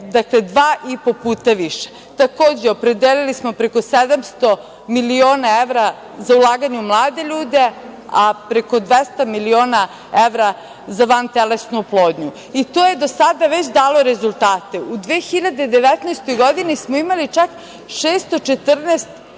dva i po puta više. Takođe, opredelili smo preko 700 miliona evra za ulaganje u mlade ljude, a preko 200 miliona evra za vantelesnu oplodnju. To je do sada već dalo rezultate. U 2019. godini smo imali čak 614